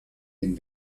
den